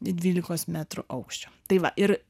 dvylikos metrų aukščio tai va ir